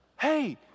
Hey